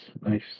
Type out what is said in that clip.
nice